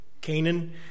Canaan